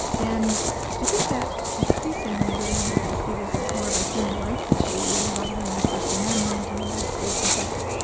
and i think that increasingly we're going to have to see this as more of a human rights issue involving the first amendment in the united states and so forth.